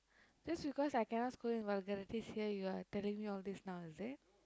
just because I cannot scold in vulgarities here you are telling me all this now is it